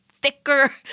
thicker